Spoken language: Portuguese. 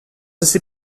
esse